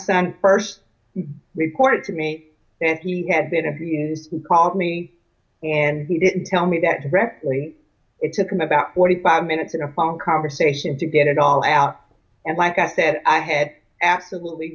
son first reported to me that he had been abused who called me and he didn't tell me that directly it took him about what he five minutes in a phone conversation to get it all out and like i said i had absolutely